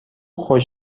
خوش